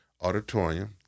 Auditorium